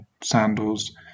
sandals